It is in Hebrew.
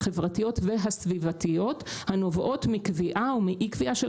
החברתיות והסביבתיות הנובעות מקביעה או מאי-קביעה של